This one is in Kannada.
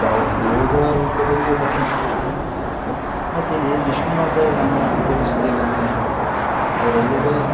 ಯಾವ ಯೋಧ ರೂಪದಲ್ಲಿ ಎಲ್ಲ ಕಾಣಿಸಿಕೊಳ್ತದೆ ಮತ್ತಿಲ್ಲಿ ವಿಷ್ಣು ಅವತಾರ ರಾಮನನ್ನು ಪೂಜಿಸುತ್ತೇವೆ ಅಂತೇ ನಾವು ಅದ್ರಲ್ಲೂ